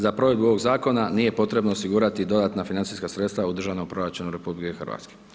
Za provedbu ovog Zakona nije potrebno osigurati dodatna financijska sredstva u državnom proračunu Republike Hrvatske.